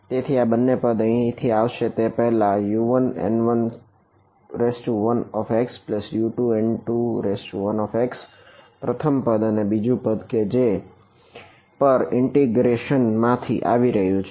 તેથી આ બંને પદ અહીંથી આવશે તેની પહેલા U1N11xU2N21x પ્રથમ પદ અને બીજુ પદ કે જે પર ના ઇન્ટિગ્રેશન માંથી આવી રહ્યું છે